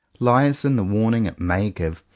lies in the warning it may give,